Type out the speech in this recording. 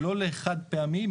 ולא לחד פעמי.